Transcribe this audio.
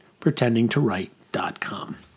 pretendingtowrite.com